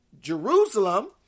Jerusalem